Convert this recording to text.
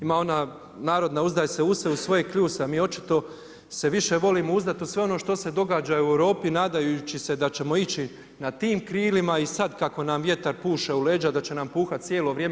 Ima ona narodna uzdaj se use i u svoje kljuse, a mi očito se više volimo uzdati u sve ono što se događa u Europi nadajući se da ćemo ići na tim krilima i sad kako nam vjetar puše u leđa da će nam puhat cijelo vrijeme.